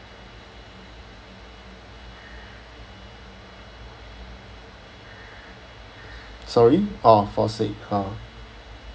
sorry ah fall sick ah